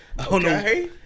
Okay